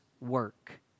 work